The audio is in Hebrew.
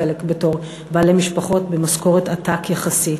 חלק בתור בעלי משפחות במשכורת עתק יחסית.